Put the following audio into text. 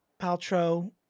Paltrow